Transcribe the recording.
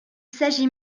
s’agit